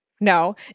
No